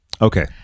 Okay